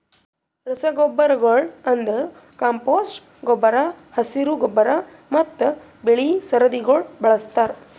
ರಸಗೊಬ್ಬರಗೊಳ್ ಅಂದುರ್ ಕಾಂಪೋಸ್ಟ್ ಗೊಬ್ಬರ, ಹಸಿರು ಗೊಬ್ಬರ ಮತ್ತ್ ಬೆಳಿ ಸರದಿಗೊಳ್ ಬಳಸ್ತಾರ್